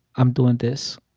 i'm doing this.